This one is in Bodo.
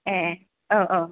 ए औ औ